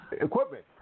equipment